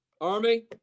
army